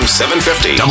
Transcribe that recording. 750